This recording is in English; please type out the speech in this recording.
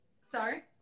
sorry